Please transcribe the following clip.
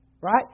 Right